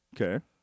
Okay